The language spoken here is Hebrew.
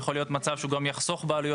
גם יכול להיות מצב שהוא יחסוך בעלויות,